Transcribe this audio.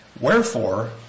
Wherefore